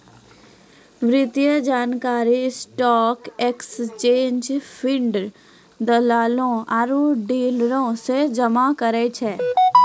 वित्तीय जानकारी stock exchange feed, दलालो आरु डीलरो से जमा करै छै